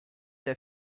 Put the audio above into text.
der